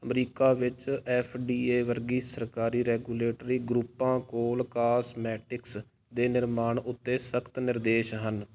America ਵਿੱਚ F D A ਵਰਗੀ ਸਰਕਾਰੀ ਰੈਗੂਲੇਟਰੀ ਗਰੁੱਪਾਂ ਕੋਲ ਕਾਸਮੈਟਿਕਸ ਦੇ ਨਿਰਮਾਣ ਉੱਤੇ ਸਖ਼ਤ ਨਿਰਦੇਸ਼ ਹਨ